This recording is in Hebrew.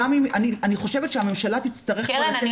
אני חושבת שהממשלה פה תצטרך לתת --- קרן,